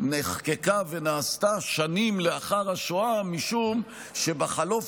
נחקקה ונעשתה שנים לאחר השואה משום שבחלוף